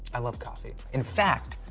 i love coffee. in fact,